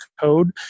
code